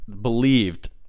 believed